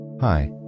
Hi